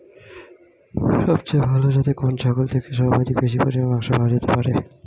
সবচেয়ে ভালো যাতে কোন ছাগল থেকে সর্বাধিক বেশি পরিমাণে মাংস পাওয়া যেতে পারে?